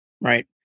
Right